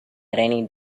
raining